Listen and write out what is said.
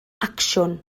acsiwn